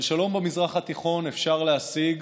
אבל שלום במזרח התיכון אפשר להשיג